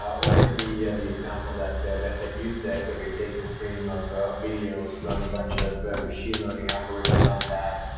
or in the yeah the example that yeah that that you set, where they take a stream of ah of videos, run a bunch of machine learning algorithms on that,